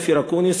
אופיר אקוניס,